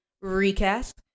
Recast